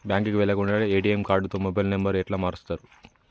బ్యాంకుకి వెళ్లకుండా ఎ.టి.ఎమ్ కార్డుతో మొబైల్ నంబర్ ఎట్ల మారుస్తరు?